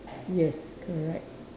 yes correct